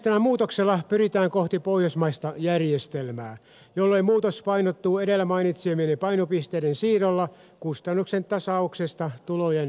valtionosuusjärjestelmän muutoksella pyritään kohti pohjoismaista järjestelmää jolloin muutos painottuu edellä mainitsemieni painopisteiden siirrolla kustannusten tasauksesta tulojen tasaukseen